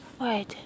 Wait